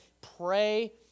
Pray